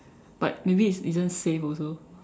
but maybe it isn't safe also